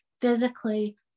physically